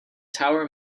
tower